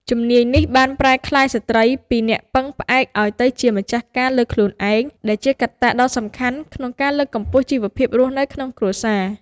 ជំនាញនេះបានប្រែក្លាយស្ត្រីពីអ្នកពឹងផ្អែកឲ្យទៅជាម្ចាស់ការលើខ្លួនឯង ដែលជាកត្តាដ៏សំខាន់ក្នុងការលើកកម្ពស់ជីវភាពរស់នៅក្នុងគ្រួសារ។